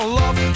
love